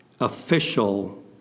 Official